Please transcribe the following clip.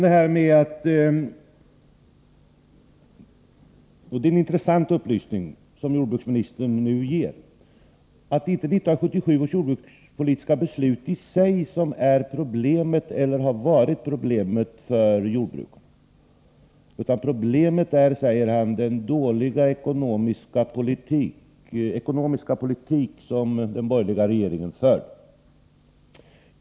Det är en intressant upplysning som jordbruksministern nu ger, att det inte är 1977 års jordbrukspolitiska beslut i sig som är problemet eller har varit problemet för jordbrukarna. Problemet är, säger han, den dåliga ekonomiska politik som den borgerliga regeringen förde.